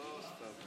בבקשה.